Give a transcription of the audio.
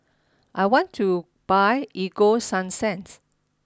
I want to buy Ego Sunsense